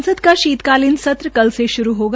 संसद का शीत कालीन सत्र कल से श्रू होगा